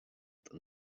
don